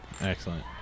Excellent